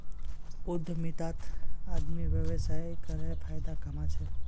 उद्यमितात आदमी व्यवसाय करे फायदा कमा छे